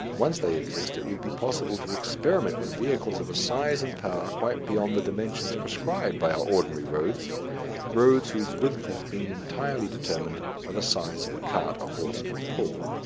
once they exist it will be possible to experiment with vehicles of a size and power quite beyond the dimensions prescribed by our ordinary roads roads whose width has been entirely determined by the size of a cart a horse can pull.